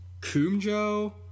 Kumjo